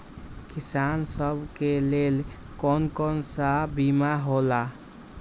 किसान सब के लेल कौन कौन सा बीमा होला?